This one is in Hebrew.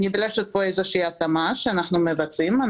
נדרשת התאמה שאנו מבצעים.